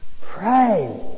Pray